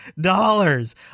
dollars